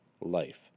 life